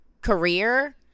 career